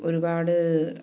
ഒരുപാട്